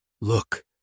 Look